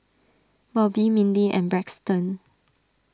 Bobbi Mindi and Braxton